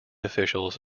officials